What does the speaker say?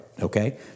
okay